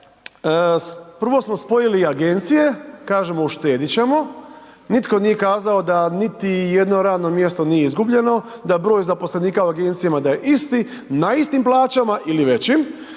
prvo smo spojili agencije, kažemo, uštediti ćemo, nitko nije kazao, da niti jedno radno mjesto nije izgubljeno, da broj zaposlenika u agencijama je isti, na istim plaćama ili većim,